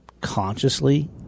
consciously